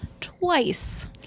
twice